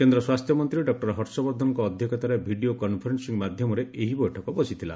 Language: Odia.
କେନ୍ଦ୍ର ସ୍ପାସ୍ଥ୍ୟ ମନ୍ତ୍ରୀ ଡକ୍ର ହର୍ଷବର୍ଦ୍ଧନଙ୍କ ଅଧ୍ୟକ୍ଷତାରେ ଭିଡ଼ିଓ କନଫରେନ୍ନିଂ ମାଧ୍ୟମରେ ଏହି ବୈଠକ ବସିଥିଲା